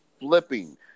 flipping